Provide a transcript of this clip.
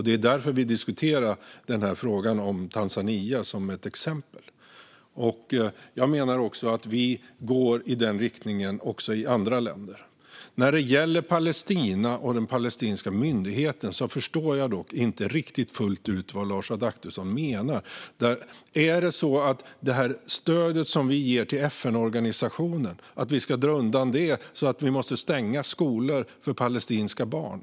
Det är därför vi diskuterar frågan om Tanzania som ett exempel. Jag menar att vi går i den riktningen också i andra länder. När det gäller Palestina och den palestinska myndigheten förstår jag dock inte riktigt fullt ut vad Lars Adaktusson menar. Är det så att vi ska dra undan det stöd vi ger till FN-organisationen så att vi måste stänga skolor för palestinska barn?